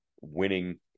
winning